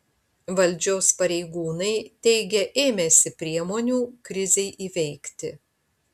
valdžios pareigūnai teigia ėmęsi priemonių krizei įveikti